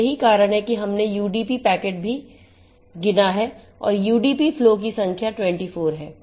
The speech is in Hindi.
तो यही कारण है कि हमने यूडीपी पैकेट भी गिना है और यूडीपी फ्लो की संख्या 24 है